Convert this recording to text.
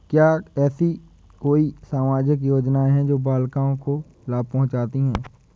क्या ऐसी कोई सामाजिक योजनाएँ हैं जो बालिकाओं को लाभ पहुँचाती हैं?